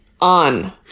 On